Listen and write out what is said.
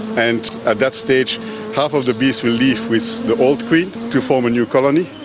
and at that stage half of the bees will leave with the old queen to form a new colony,